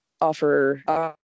offer